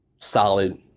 solid